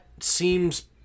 seems